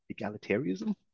egalitarianism